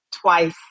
twice